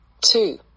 two